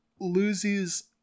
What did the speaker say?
loses